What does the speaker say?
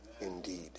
indeed